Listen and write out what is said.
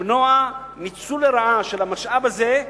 למנוע ניצול לרעה של המשאב הזה,